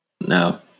No